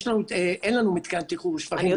אין לנו מתקן טיהור שפכים בטולכרם.